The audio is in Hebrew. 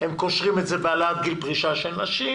הם קושרים את זה בהעלאת גיל פרישה של נשים.